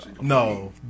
No